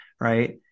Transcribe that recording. right